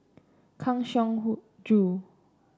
Kang Siong Hoo Joo